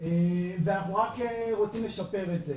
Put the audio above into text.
ואנחנו רק רוצים לשפר את זה.